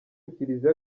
kiliziya